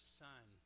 son